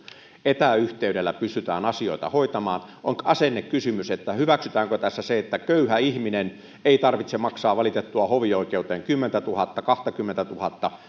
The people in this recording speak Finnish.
etäyhteydellä pystytään asioita hoitamaan on asennekysymys hyväksytäänkö tässä se että köyhän ihmisen ei tarvitse hovioikeuteen valitettuaan maksaa kymmentätuhatta kahtakymmentätuhatta